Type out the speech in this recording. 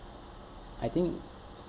I think